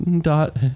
Dot